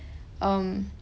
um